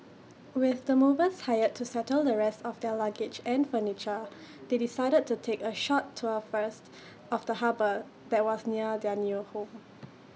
with the movers hired to settle the rest of their luggage and furniture they decided to take A short tour first of the harbour that was near their new home